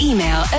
Email